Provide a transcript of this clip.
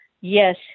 yes